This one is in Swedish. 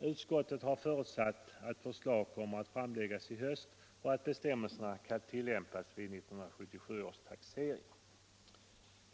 Utskottet har förutsatt att förslag kommer att framläggas i höst och att bestämmelserna kan tillämpas vid 1977 års taxering.